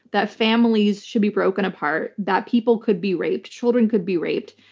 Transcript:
that families should be broken apart, that people could be raped, children could be raped,